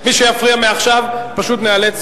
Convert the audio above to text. מי שיפריע מעכשיו, פשוט ניאלץ,